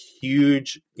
huge